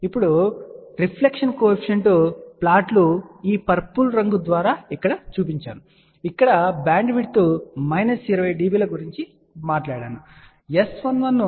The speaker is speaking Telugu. కాబట్టి reflection coefficient reflection coefficient plot లు ఈ పర్పుల్ రంగు ద్వారా ఇక్కడ చూపించబడ్డాయి మరియు నేను ఇక్కడ బ్యాండ్విడ్త్ 20 dB గురించి ప్రస్తావించాను